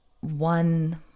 one